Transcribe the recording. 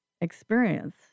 experience